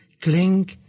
cling